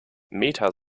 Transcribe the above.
meta